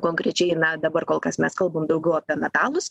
konkrečiai na dabar kol kas mes kalbam daugiau apie metalus